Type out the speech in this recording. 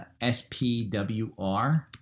SPWR